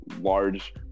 large